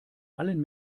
allen